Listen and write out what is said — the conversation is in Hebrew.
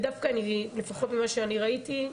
ודווקא לפחות ממה שאני ראיתי,